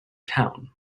town